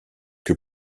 que